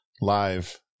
live